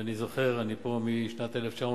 ואני זוכר, אני פה משנת 1996,